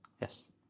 Yes